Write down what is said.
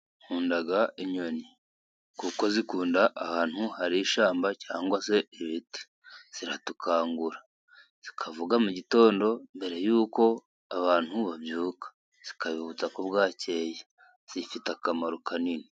Nkunda inyoni kuko zikunda ahantu hari ishyamba, cyangwa se ibiti ziradukangura, zikavuga mugitondo mbere yuko abantu babyuka zikabibutsa ko bwakeye zifite akamaro kanini.